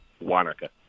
Wanaka